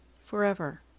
forever